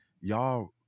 Y'all